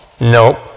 Nope